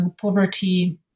poverty